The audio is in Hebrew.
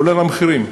כולל המחירים,